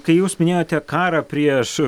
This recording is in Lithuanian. kai jūs minėjote karą prieš